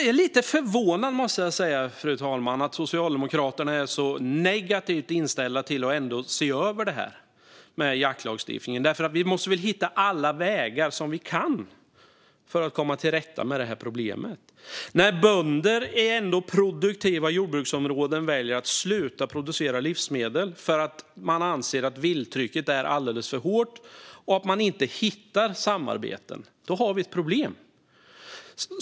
Jag är lite förvånad över att Socialdemokraterna är så negativt inställda till att se över jaktlagstiftningen. Vi måste väl hitta alla vägar vi kan för att komma till rätta med det här problemet? Bönder i produktiva jordbruksområden väljer att sluta producera livsmedel för att de anser att vilttrycket är alldeles för hårt och att de inte kan hitta samarbeten. Då har vi ett problem.